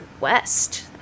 west